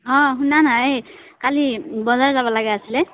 অঁ শুনানা এই কালি বজাৰ যাব লাগা আছিলে